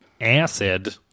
acid